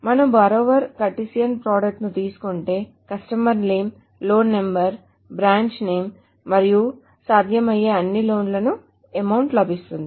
మనము borrower Cartesian product ను తీసుకుంటే customer name loan number branch name మరియు సాధ్యమయ్యే అన్ని లోన్ ల అమౌంట్ లభిస్తుంది